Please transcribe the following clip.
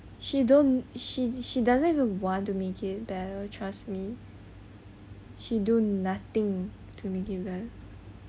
she don't she she doesn't even want to make it better trust me she do nothing to